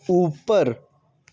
ऊपर